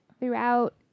Throughout